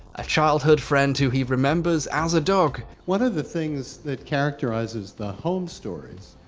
a childhood friend who he remembers as a dog. one of the things that characterises the holmes stories,